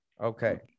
Okay